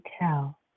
tell